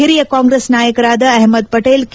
ಹಿರಿಯ ಕಾಂಗ್ರೆಸ್ ನಾಯಕರಾದ ಅಹ್ವದ್ ಪಟೇಲ್ ಕೆ